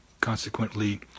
consequently